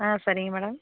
ஆ சரிங்க மேடம்